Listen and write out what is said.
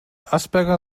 asperger